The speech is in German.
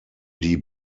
die